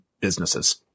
businesses